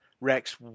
Rex